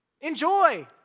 enjoy